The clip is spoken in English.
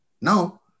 Now